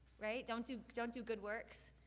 right, don't do don't do good works,